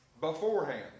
beforehand